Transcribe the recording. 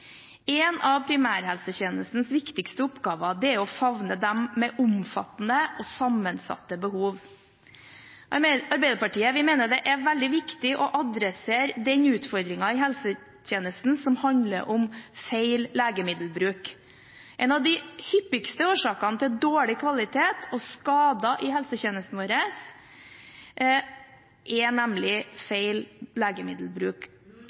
En av primærhelsetjenestens viktigste oppgaver er å favne dem med omfattende og sammensatte behov. Vi i Arbeiderpartiet mener det er veldig viktig å adressere den utfordringen i helsetjenesten som handler om feil legemiddelbruk. En av de hyppigste årsakene til dårlig kvalitet og skader i helsetjenesten vår er nemlig feil legemiddelbruk.